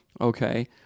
Okay